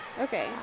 Okay